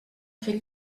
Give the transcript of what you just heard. fer